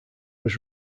was